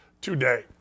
today